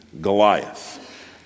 Goliath